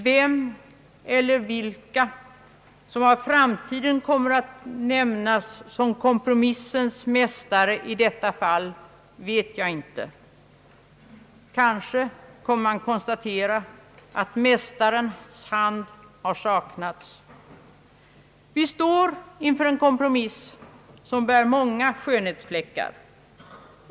Vem eller vilka som av framtiden kommer att i detta fall benämnas kompromissens mästare vet jag inte. Kanske kommer man att konstatera att mästarens hand saknas. Vi står inför en kompromiss som bär många skönhetsfläckar.